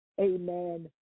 Amen